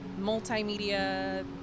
multimedia